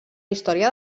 història